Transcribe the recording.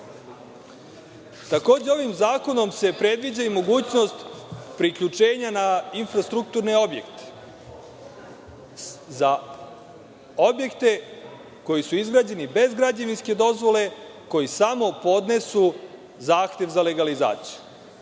godine? Ovim zakonom se predviđa i mogućnost priključenja na infrastrukturne objekte, za objekte koji su izgrađeni bez građevinske dozvole, koji samo podnesu zahtev za legalizaciju.